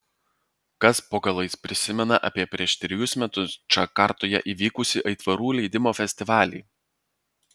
kas po galais prisimena apie prieš trejus metus džakartoje įvykusį aitvarų leidimo festivalį